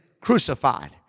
crucified